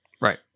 Right